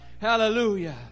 Hallelujah